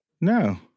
No